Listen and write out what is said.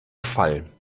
fall